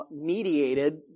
mediated